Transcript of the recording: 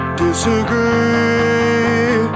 disagree